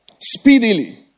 speedily